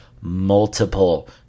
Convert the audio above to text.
multiple